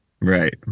Right